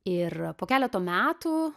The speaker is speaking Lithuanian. ir po keleto metų